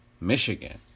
Michigan